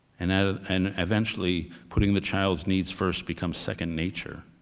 and and and eventually putting the child's needs first becomes second nature.